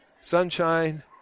sunshine